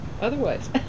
Otherwise